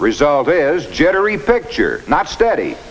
result is generally picture not steady